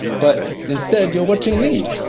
but instead you're watching me.